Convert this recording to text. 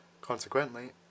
Consequently